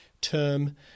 term